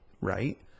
right